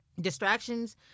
Distractions